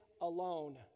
alone